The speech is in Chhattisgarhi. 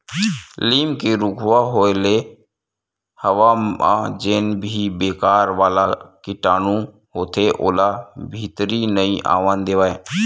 लीम के रूखवा होय ले हवा म जेन भी बेकार वाला कीटानु होथे ओला भीतरी नइ आवन देवय